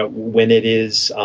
ah when it is